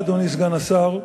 אדוני היושב-ראש, אדוני השר,